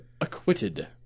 acquitted